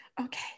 Okay